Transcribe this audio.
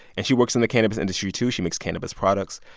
and she works in the cannabis industry, too. she makes cannabis products.